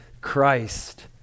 Christ